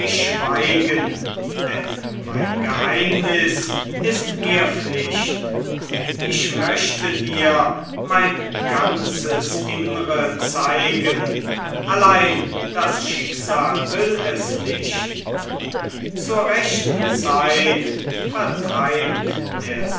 schweigen denn mein geheimnis ist mir pflicht ich möchte dir mein ganzes innre zeigen allein das schicksal will es nicht zur rechten zeit vertreibt der